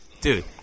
dude